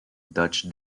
dutch